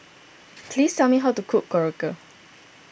please tell me how to cook Korokke